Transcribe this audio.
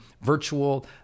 virtual